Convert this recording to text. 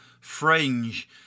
fringe